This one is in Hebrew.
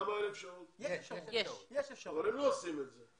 אבל הם לא עושים את זה.